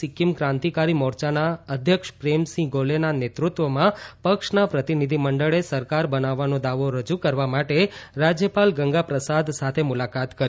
સિક્કિમ ક્રાંતિકારી મોર્યાના અધ્યક્ષ પ્રેમસિંહ ગોલેના નેતૃત્વમાં પક્ષના પ્રતિનિધિમંડળે સરકાર બનાવવાનો દાવો રજૂ કરવા માટે રાજ્યપાલ ગંગા પ્રસાદ સાથે મુલાકાત કરી